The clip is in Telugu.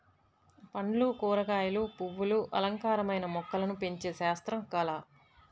పండ్లు, కూరగాయలు, పువ్వులు అలంకారమైన మొక్కలను పెంచే శాస్త్రం, కళ